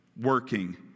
working